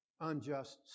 unjust